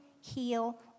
heal